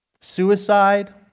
suicide